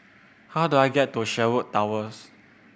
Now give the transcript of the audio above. how do I get to Sherwood Towers